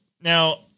Now